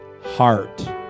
heart